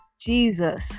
Jesus